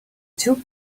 two